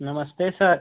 नमस्ते सर